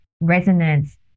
resonance